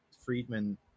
Friedman